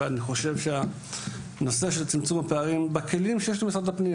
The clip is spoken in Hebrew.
ואני חושב שהנושא של צמצום הפערים בכלים שיש למשרד הפנים,